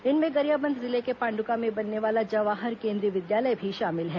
इनमें गरियाबंद जिले के पाण्डुका में बनने वाला जवाहर केंद्रीय विद्यालय भी शामिल है